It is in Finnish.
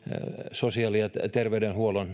sosiaali ja terveydenhuollon